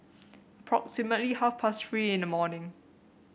approximately half past Three in the morning